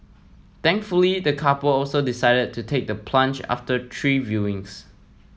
thankfully the couple also decided to take the plunge after three viewings